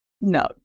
no